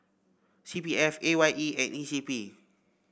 C P F A Y E and E C P